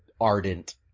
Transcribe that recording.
ardent